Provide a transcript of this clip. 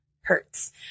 hertz